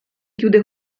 chiude